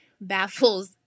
baffles